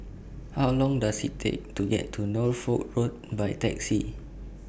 How Long Does IT Take to get to Norfolk Road By Taxi